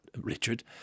Richard